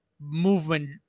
movement